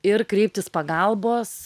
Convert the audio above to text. ir kreiptis pagalbos